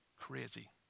Crazy